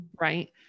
right